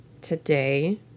Today